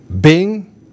Bing